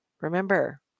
remember